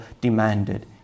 demanded